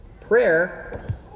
Prayer